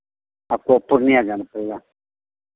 आपको पूर्णियाँ जाना पड़ेगा